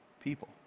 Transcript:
people